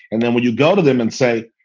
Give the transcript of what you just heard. and then when you go to them and say,